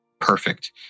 Perfect